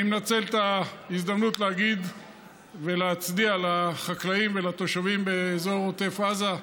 אני מנצל את ההזדמנות להגיד ולהצדיע לחקלאים ולתושבים באזור עוטף עזה,